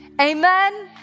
Amen